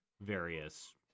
various